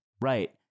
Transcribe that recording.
Right